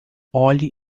olhe